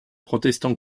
protestant